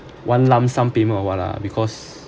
one lump sum payment or what lah because